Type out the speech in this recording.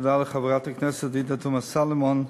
תודה לחברת הכנסת עאידה תומא סלימאן,